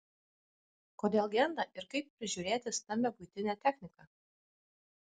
kodėl genda ir kaip prižiūrėti stambią buitinę techniką